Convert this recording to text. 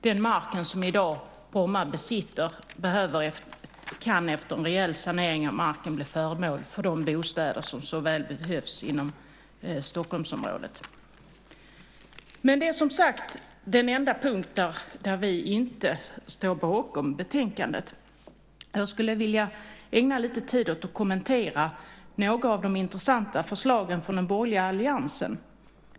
Den mark som Bromma i dag besitter kan efter en rejäl sanering av marken bli föremål för de bostäder som så väl behövs inom Stockholmsområdet. Men det är som sagt den enda punkt där vi inte står bakom betänkandet. Jag skulle vilja ägna lite tid åt att kommentera några av de intressanta förslagen från den borgerliga alliansen.